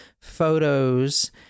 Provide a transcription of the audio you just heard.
photos